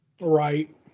right